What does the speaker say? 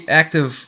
active